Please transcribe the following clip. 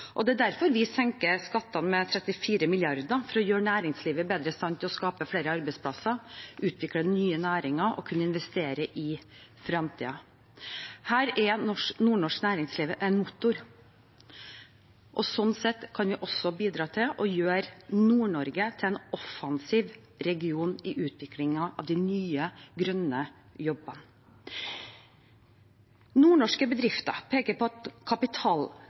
Det er derfor vi senker skattene med 34 mrd. kr, for å gjøre næringslivet bedre i stand til å skape flere arbeidsplasser, utvikle nye næringer og kunne investere i fremtiden. Her er nordnorsk næringsliv en motor, og sånn sett kan vi også bidra til å gjøre Nord-Norge til en offensiv region i utviklingen av de nye, grønne jobbene. Nordnorske bedrifter peker på at